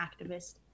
activist